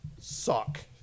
suck